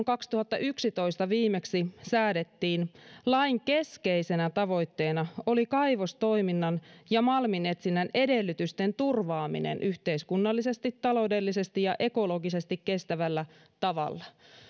kaksituhattayksitoista viimeksi säädettiin lain keskeisenä tavoitteena oli kaivostoiminnan ja malminetsinnän edellytysten turvaaminen yhteiskunnallisesti taloudellisesti ja ekologisesti kestävällä tavalla